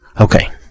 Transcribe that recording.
Okay